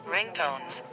Ringtones